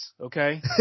okay